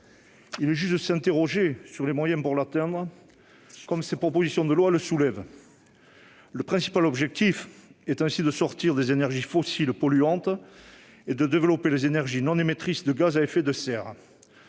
Il est juste de s'interroger sur les moyens pour l'atteindre, comme le fait cette proposition de résolution. Le principal objectif est ainsi de sortir des énergies fossiles polluantes et de développer les énergies non émettrices de gaz à effet de serre.